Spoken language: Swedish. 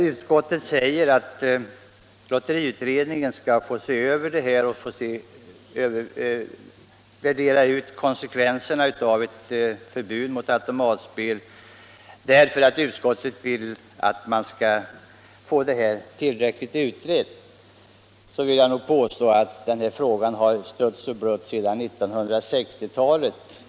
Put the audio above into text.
Utskottet menar att lotteriutredningen bör få se över frågan och värdera konsekvenserna av ett förbud mot automatspel för att saken skall bli tillräckligt utredd. Frågan om spelautomater har emellertid stötts och blötts sedan 1960 talets mitt.